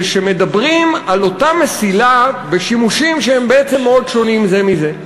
שמדברים על אותה מסילה בשימושים שהם בעצם מאוד שונים זה מזה.